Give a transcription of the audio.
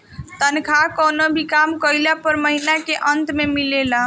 तनखा कवनो भी काम कइला पअ महिना के अंत में मिलेला